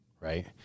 right